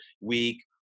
week